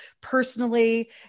personally